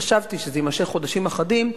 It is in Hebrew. חשבתי שזה יימשך חודשים אחדים.